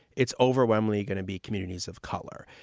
it's overwhelmingly going to be communities of color.